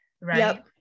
right